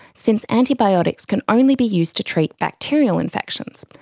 since antibiotics can only be used to treat bacterial infections,